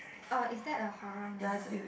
orh is that a horror movie